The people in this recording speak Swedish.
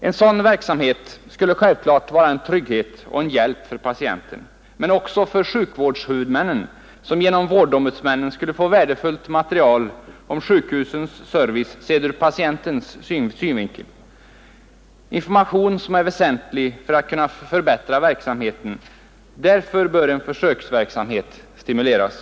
Denna verksamhet skulle självklart vara en trygghet och en hjälp för patienten men också för sjukvårdshuvudmännen, som genom vårdom budsmännen skulle få värdefullt material om sjukhusens service sedd ur Nr 56 patientens synvinkel, en information som är väsentlig för att kunna Onsdagen den förbättra verksamheten. Därför bör en försöksverksamhet stimuleras.